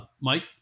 Mike